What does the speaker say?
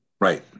Right